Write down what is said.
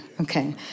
okay